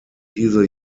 diese